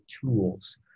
tools